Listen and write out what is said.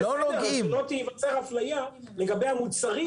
אבל שלא תיווצר אפליה לגבי המוצרים,